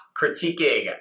critiquing